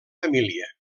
família